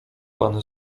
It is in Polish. pan